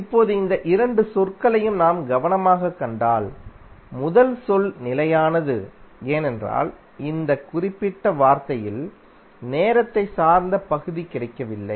இப்போது இந்த இரண்டு சொற்களையும் நாம் கவனமாகக் கண்டால் முதல் சொல் நிலையானது ஏனென்றால் இந்த குறிப்பிட்ட வார்த்தையில் நேரத்தை சார்ந்த பகுதி கிடைக்கவில்லை